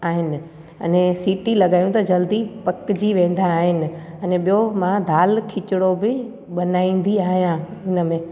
आहिनि अने सिटी लॻायूं त जल्दी पकिजी वेंदा आहिनि अने ॿियो मां दाल खिचड़ो बि बनाईंदी आहियां हिन में